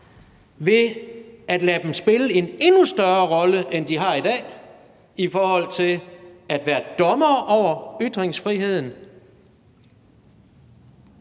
ved at lade dem spille en endnu større rolle, end de gør i dag, når de skal være dommere over ytringsfriheden?